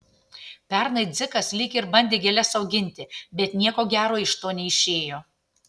pernai dzikas lyg ir bandė gėles auginti bet nieko gero iš to neišėjo